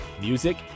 music